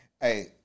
hey